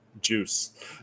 Juice